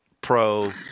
Pro